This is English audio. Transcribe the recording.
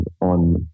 on